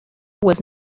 was